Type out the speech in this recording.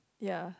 ya